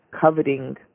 coveting